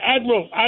Admiral